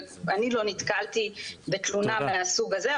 אני לא נתקלתי בתלונה מהסוג הזה,